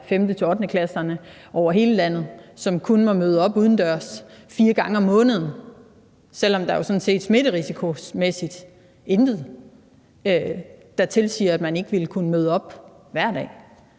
eller 5.-8. klasserne over hele landet, kun må møde op udendørs fire gange om måneden, selv om der jo sådan set smitterisikomæssigt intet er, der tilsiger, at man ikke ville kunne møde op hver dag